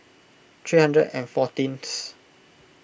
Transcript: three hundred and fourteenth